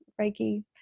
Reiki